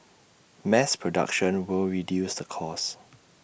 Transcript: mass production will reduce the cost